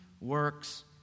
works